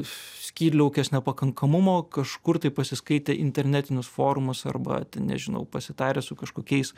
skydliaukės nepakankamumo kažkur tai pasiskaitę internetinius forumus arba ten nežinau pasitarę su kažkokiais